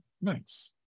Nice